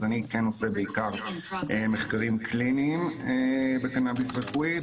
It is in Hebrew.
אני כן עושה בעיקר מחקרים קליניים בקנאביס רפואי,